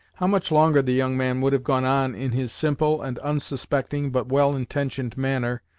how much longer the young man would have gone on in his simple and unsuspecting, but well intentioned manner,